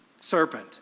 Serpent